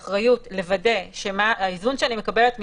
נוסח שמשקף את מה